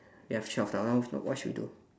we have twelve now what should we do